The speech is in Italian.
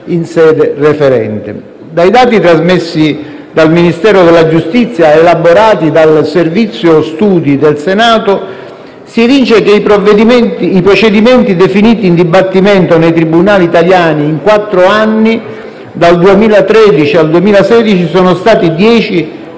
in sede referente. Dai dati trasmessi dal Ministero della giustizia ed elaborati dal Servizio studi del Senato, si evince che i procedimenti definiti in dibattimento nei tribunali italiani in quattro anni (dal 2013 al 2016), sono stati